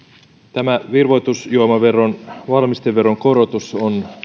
tämä virvoitusjuomaveron valmisteveron korotus on